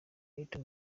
milton